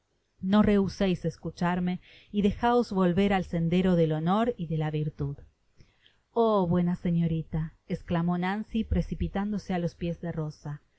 no rehuseis escucharme y dejaos volver al sendero del honor y de la virtud oh buena señorita esclamó nancy precipitándose á ios piés de rosa